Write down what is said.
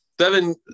Seven